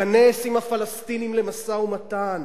תיכנס עם הפלסטינים למשא-ומתן,